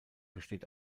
besteht